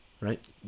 right